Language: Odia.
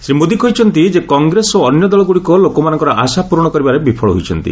ଶ୍ରୀ ମୋଦି କହିଛନ୍ତି ଯେ କଂଗ୍ରେସ ଓ ଅନ୍ୟ ଦଳଗୁଡ଼ିକ ଲୋକମାନଙ୍କର ଆଶା ପୂରଣ କରିବାରେ ବିଫଳ ହୋଇଛନ୍ତି